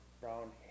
brown